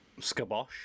scabosh